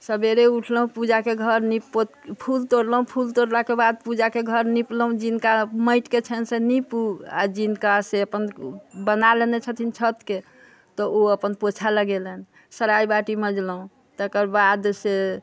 सबेरे उठलहुँ पूजाके घर नीप पोत फूल तोड़लहुँ फूल तोड़लाके बाद पूजाके घर निपलहुँ जिनका घर माटिके छनि से नीपू आ जिनकासँ अपन बना लेने छथिन छतके तऽ ओ अपन पोछा लगेलनि सराइ बाटि मजलहुँ तकर बादसँ